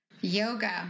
yoga